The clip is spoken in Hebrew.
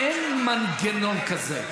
אין מנגנון כזה.